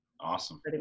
Awesome